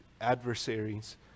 adversaries